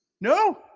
No